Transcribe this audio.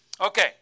Okay